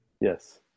Yes